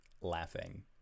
laughing